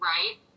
Right